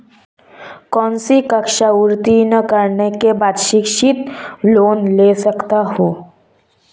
कौनसी कक्षा उत्तीर्ण करने के बाद शिक्षित लोंन ले सकता हूं?